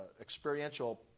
experiential